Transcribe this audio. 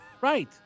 Right